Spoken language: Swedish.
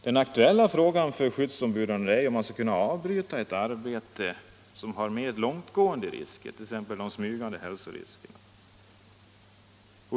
Den aktuella frågan för skyddsombuden är om man skall kunna avbryta ett arbete som har mer långsiktiga risker, t.ex. smygande hälsorisker.